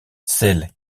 celle